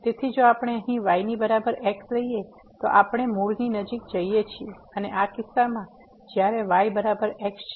તેથી જો આપણે અહીં y ની બરાબર x લઈએ તો આપણે મૂળની નજીક જઈએ છીએ અને આ કિસ્સામાં તેથી જ્યારે y બરાબર x છે